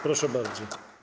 Proszę bardzo.